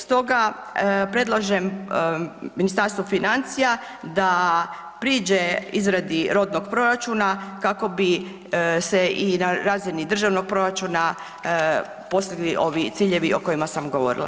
Stoga predlažem Ministarstvu financija da priđe izradi rodnog proračuna kako bi se i na razini državnog proračuna postigli ovi ciljevi o kojima sam govorila.